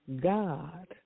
God